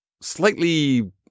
Slightly